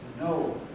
No